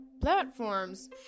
platforms